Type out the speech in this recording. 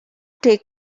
take